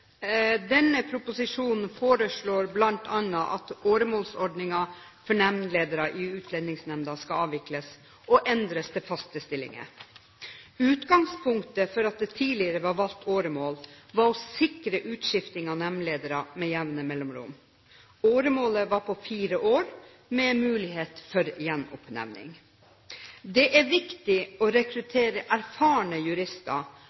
denne proposisjonen foreslås det bl.a. at åremålsordningen for nemndledere i Utlendingsnemnda skal avvikles og endres til faste stillinger. Utgangspunktet for at det tidligere var valgt åremål, var å sikre utskifting av nemndledere med jevne mellomrom. Åremålet var på fire år, med mulighet for gjenoppnevning. Det er viktig å rekruttere erfarne jurister